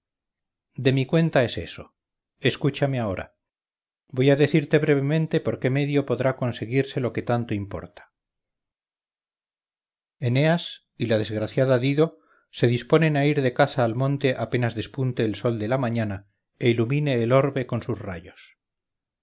de mi cuenta es eso escúchame ahora voy a decirte brevemente por qué medio podrá conseguirse lo que tanto importa eneas y la desgraciada dido se disponen a ir de caza al monte apenas despunte el sol de la mañana e ilumine el orbe con sus rayos